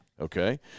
okay